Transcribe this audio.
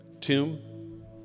tomb